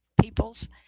peoples